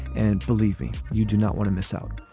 and believe me, you do not want to miss out.